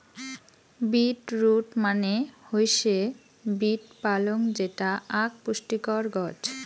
beet root মানে হৈসে beet পালং যেটা আক পুষ্টিকর গছ